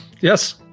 Yes